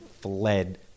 fled